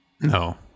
No